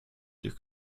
tych